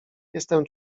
jestem